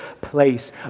place